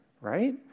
right